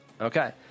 Okay